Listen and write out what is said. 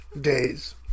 Days